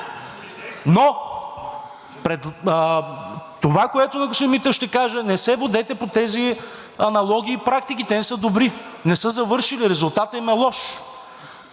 но това, което на господин Митев ще кажа: не се водете по тези аналогии и практики. Те не са добри, не са завършили. Резултатът им е лош.